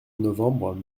novembre